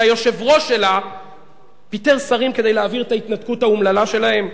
שהיושב-ראש שלה פיטר שרים כדי להעביר את ההתנתקות האומללה שלהם,